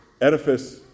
Edifice